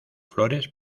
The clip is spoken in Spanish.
flores